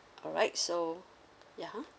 all right so y~ (uh huh)